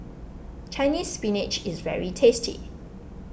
Chinese Spinach is very tasty